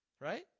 right